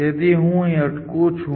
તેથી હું અહીં અટકું છું